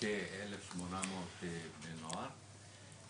בכ-1800 בני נוער,